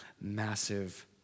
massive